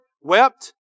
wept